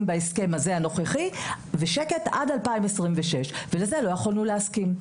בהסכם הזה הנוכחי ושקט עד 2026 ולזה לא יכולנו להסכים.